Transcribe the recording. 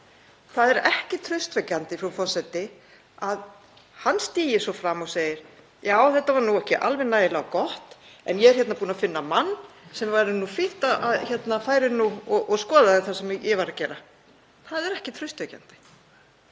Það er ekki traustvekjandi, frú forseti, að hann stigi svo fram og segi: Já, þetta var nú ekki nægilega gott. En ég er búinn að finna mann sem væri fínt að færi nú og skoðaði það sem ég var að gera. Það er ekki traustvekjandi.